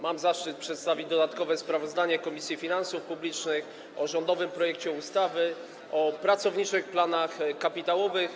Mam zaszczyt przedstawić dodatkowe sprawozdanie Komisji Finansów Publicznych o rządowym projekcie ustawy o pracowniczych planach kapitałowych.